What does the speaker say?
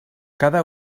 cada